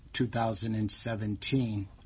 2017